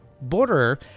Border